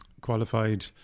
qualified